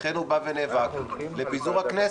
לכן הוא בא ונאבק על פיזור הכנסת,